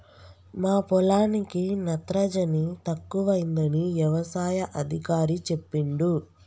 మా పొలానికి నత్రజని తక్కువైందని యవసాయ అధికారి చెప్పిండు